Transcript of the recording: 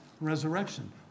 resurrection